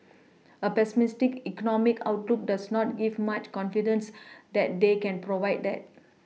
a pessimistic economic outlook does not give much confidence that they can provide that